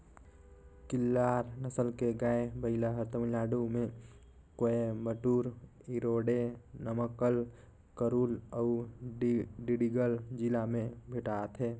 खिल्लार नसल के गाय, बइला हर तमिलनाडु में कोयम्बटूर, इरोडे, नमक्कल, करूल अउ डिंडिगल जिला में भेंटाथे